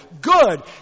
good